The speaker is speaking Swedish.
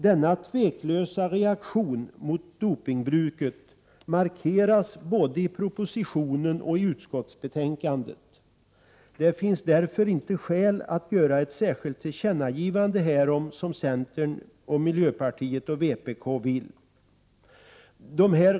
Denna tveklösa reaktion mot dopningbruket markeras både i propositionen och i utskottsbetänkandet. Det finns därför inte skäl att göra ett särskilt tillkännagivande härom som centern, miljöpartiet och vpk vill.